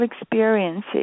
experiences